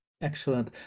Excellent